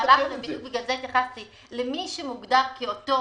-- ובדיוק בגלל זה התייחסתי למי שמוגדר כאותו